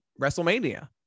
WrestleMania